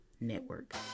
network